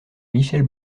michèle